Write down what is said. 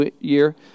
year